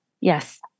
Yes